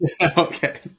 Okay